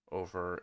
over